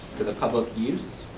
for the public use.